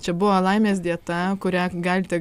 čia buvo laimės dieta kurią galite